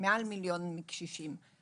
מעל מיליון קשישים.